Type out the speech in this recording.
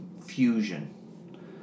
fusion